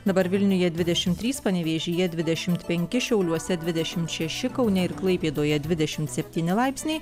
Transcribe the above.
dabar vilniuje dvidešimt trys panevėžyje dvidešimt penki šiauliuose dvidešimt šeši kaune ir klaipėdoje dvidešimt septyni laipsniai